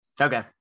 okay